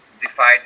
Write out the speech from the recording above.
defied